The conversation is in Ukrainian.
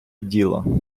діло